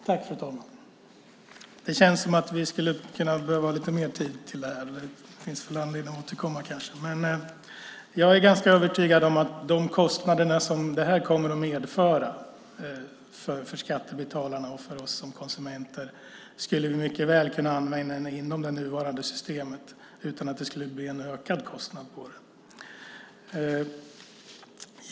Fru ålderspresident! Det känns som om vi skulle behöva lite mer tid till det här. Det finns kanske anledning att återkomma. Jag är ganska övertygad om att de kostnader som det här kommer att medföra för skattebetalarna och för oss som konsumenter är pengar som mycket väl skulle kunna användas inom det nuvarande systemet utan att det skulle bli en ökad kostnad.